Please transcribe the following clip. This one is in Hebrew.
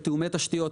של תיאומי תשתיות,